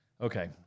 Okay